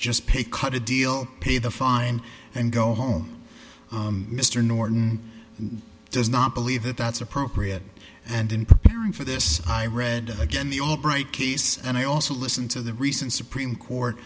just pay cut a deal pay the fine and go home mr norton does not believe that that's appropriate and in preparing for this i read the albright case and i also listen to the recent supreme court